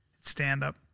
stand-up